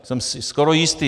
Jsem si skoro jistý.